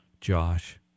Josh